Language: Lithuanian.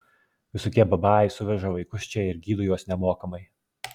visokie babajai suveža vaikus čia ir gydo juos nemokamai